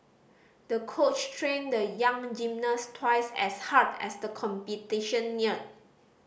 the coach trained the young gymnast twice as hard as the competition neared